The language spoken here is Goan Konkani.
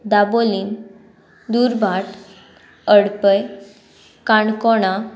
दाबोलीम दुर्भाट अडपय काणकोणा